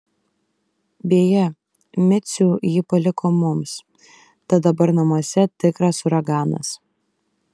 beje micių ji paliko mums tad dabar namuose tikras uraganas